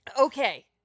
okay